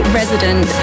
resident